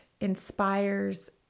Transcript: inspires